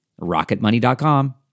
Rocketmoney.com